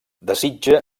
desitja